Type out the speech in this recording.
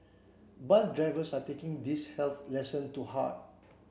bus drivers are taking these health lesson to heart